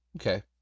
Okay